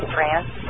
France